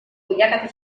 bilakatu